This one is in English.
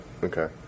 Okay